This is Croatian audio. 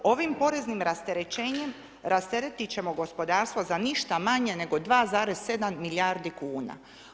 Ovim poreznim rasterećenjem rasteretiti ćemo gospodarstvo za ništa manje nego 2,7 milijardi kuna.